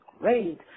great